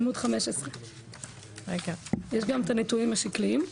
עמוד 15. יש גם את הנתונים השקליים.